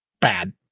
bad